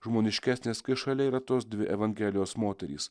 žmoniškesnės kai šalia yra tos dvi evangelijos moterys